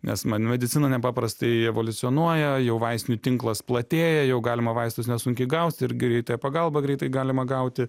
nes medicina nepaprastai evoliucionuoja jau vaistinių tinklas platėja jau galima vaistus nesunkiai gauti ir greitąją pagalbą greitai galima gauti